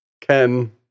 Ken